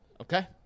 Okay